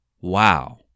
Wow